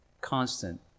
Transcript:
Constant